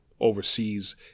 Overseas